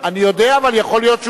חבר הכנסת אזולאי שותף בהצעת החוק.